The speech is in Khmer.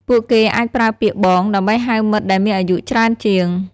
ពួកគេអាចប្រើពាក្យ “បង” ដើម្បីហៅមិត្តដែលមានអាយុច្រើនជាង។